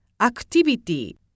Activity